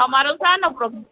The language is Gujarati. મારો શાનો પ્રોબ્લેમ